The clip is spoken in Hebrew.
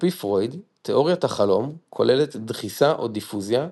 עפ"י פרויד תאוריית החלום כוללת דחיסה או דיפוזה,